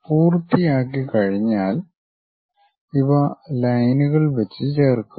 പൂർത്തിയാക്കിക്കഴിഞ്ഞാൽ ഇവ ലൈനുകൾ വെച്ച് ചേർക്കുക